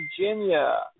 Virginia